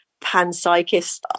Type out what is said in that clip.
panpsychist